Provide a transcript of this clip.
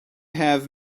have